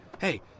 Hey